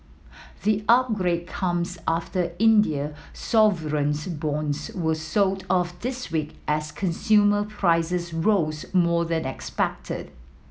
the upgrade comes after India sovereign bonds were sold off this week as consumer prices rose more than expected